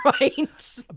Right